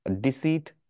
deceit